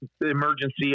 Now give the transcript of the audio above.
emergency